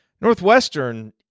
Northwestern